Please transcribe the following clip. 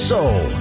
Soul